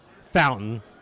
fountain